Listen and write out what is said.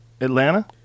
Atlanta